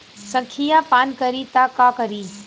संखिया पान करी त का करी?